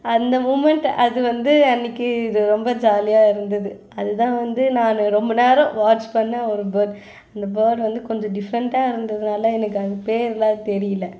அந்த மூமெண்ட் அது வந்து அன்றைக்கு இது ரொம்ப ஜாலியாக இருந்தது அது தான் வந்து நான் ரொம்ப நேரம் வாட்ச் பண்ண ஒரு பேர்ட் அந்த பேர்ட் வந்து கொஞ்சம் டிஃப்ரெண்டாக இருந்ததால் எனக்கு அது பேரெலாம் தெரியலை